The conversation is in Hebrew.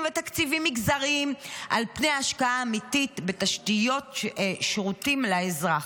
ותקציבים מגזריים על פני השקעה אמיתית בתשתיות ושירותים לאזרח.